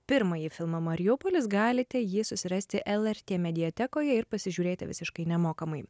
pirmąjį filmą mariupolis galite jį susirasti lrt mediatekoje ir pasižiūrėti visiškai nemokamai